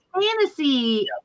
fantasy